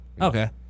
Okay